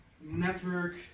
network